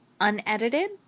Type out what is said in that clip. unedited